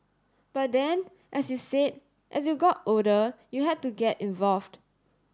but then as you said as you got older you had to get involved